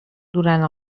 durant